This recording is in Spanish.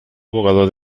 abogado